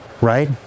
Right